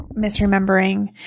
misremembering